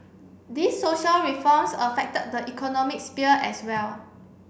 these social reforms affected the economic sphere as well